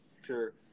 Sure